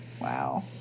Wow